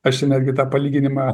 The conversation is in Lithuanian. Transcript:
aš ten irgi tą palyginimą